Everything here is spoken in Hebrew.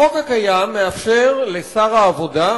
החוק הקיים מאפשר לשר העבודה,